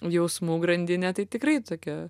jausmų grandinė tai tikrai tokia